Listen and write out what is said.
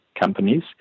companies